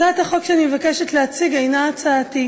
הצעת החוק שאני מבקשת להציג אינה הצעתי.